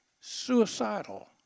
suicidal